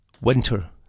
winter